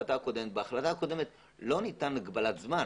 בהחלטה הקודמת לא ניתנה הגבלת זמן.